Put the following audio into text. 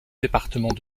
département